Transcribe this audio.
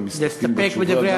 אם מסתפקים בתשובה,